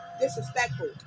Disrespectful